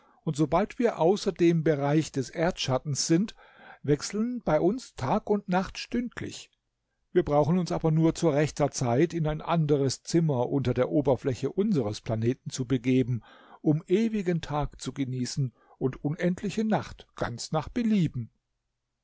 und sobald wir außer dem bereich des erdschattens sind wechseln bei uns tag und nacht stündlich wir brauchen uns aber nur zu rechter zeit in ein andres zimmer unter der oberfläche unsres planeten zu begeben um ewigen tag zu genießen und unendliche nacht ganz nach belieben